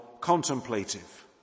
contemplative